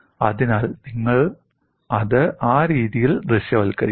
അതിനാൽ നിങ്ങൾ അത് ആ രീതിയിൽ ദൃശ്യവൽക്കരിക്കണം